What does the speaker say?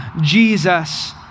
Jesus